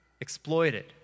exploited